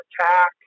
attack